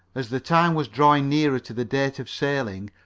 as the time was drawing nearer to the date of sailing,